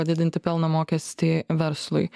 padidinti pelno mokestį verslui